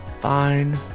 Fine